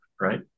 right